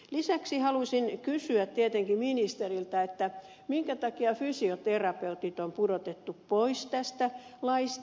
lisäksi halusin kysyä tietenkin ministeriltä minkä takia fysioterapeutit on pudotettu pois tästä laista